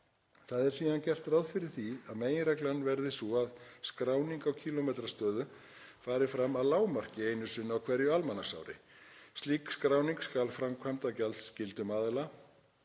Það er síðan gert ráð fyrir því að meginreglan verði sú að skráning á kílómetrastöðu fari fram að lágmarki einu sinni á hverju almanaksári. Slík skráning skal framkvæmd af gjaldskyldum aðila,